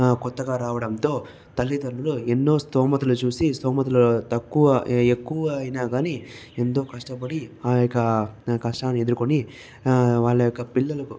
కొత్తగా రావడంతో తల్లిదండ్రులు ఎన్నో స్తోమతలు చూసి స్తోమతలు తక్కువ ఎక్కువ అయినా కానీ ఎంతో కష్టపడి ఆ యొక్క కష్టాన్ని ఎదుర్కొని వాళ్ళ యొక్క పిల్లలకు